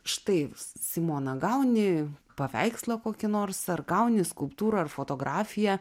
štai simona gauni paveikslą kokį nors ar gauni skulptūrą ar fotografiją